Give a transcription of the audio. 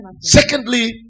Secondly